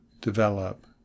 develop